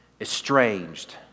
estranged